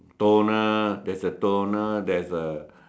toner there's a toner there's a